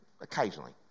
occasionally